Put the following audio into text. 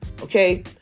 okay